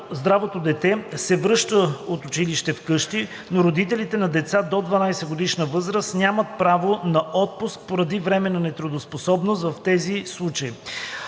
здравото дете се връща от училище вкъщи, но родителите на деца до 12-годишна възраст нямат право на отпуск поради временна неработоспособност в тези случаи.